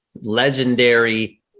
legendary